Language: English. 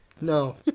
No